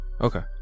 Okay